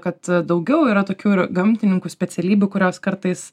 kad daugiau yra tokių ir gamtininkų specialybių kurios kartais